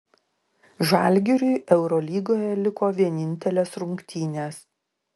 žalgiriui eurolygoje liko vienintelės rungtynės